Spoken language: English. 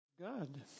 God